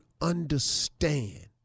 understand